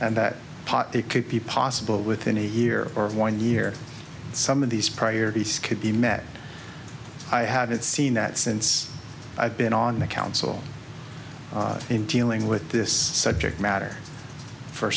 and that pot it could be possible within a year or one year some of these priorities could be met i haven't seen that since i've been on the council in dealing with this subject matter for